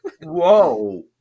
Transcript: Whoa